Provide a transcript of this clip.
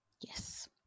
Yes